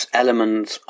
elements